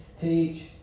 teach